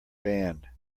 band